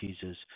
Jesus